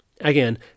Again